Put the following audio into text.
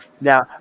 Now